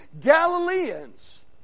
Galileans